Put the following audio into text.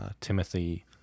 Timothy